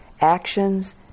actions